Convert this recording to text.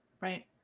Right